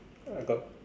I got